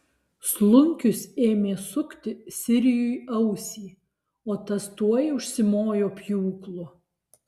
slunkius ėmė sukti sirijui ausį o tas tuoj užsimojo pjūklu